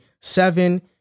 Seven